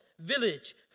village